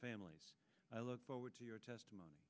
families i look forward to your testimony